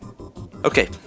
Okay